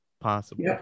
possible